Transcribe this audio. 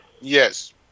Yes